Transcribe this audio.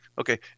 Okay